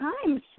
times